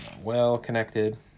Well-connected